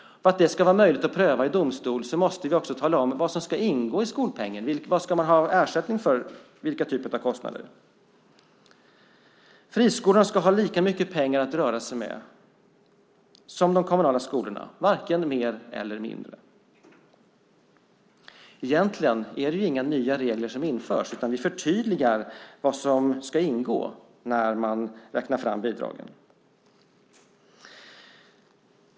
För att det ska vara möjligt att pröva i domstol måste vi också tala om vad som ska ingå i skolpengen. Vilken typ av kostnader ska man ha ersättning för? Friskolorna ska ha lika mycket pengar att röra sig med som de kommunala skolorna, varken mer eller mindre. Egentligen är det inga nya regler som införs, utan vi bara förtydligar vad som ska ingå när man räknar fram bidragen.